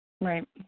Right